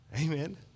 Amen